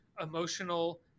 emotional